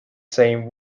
same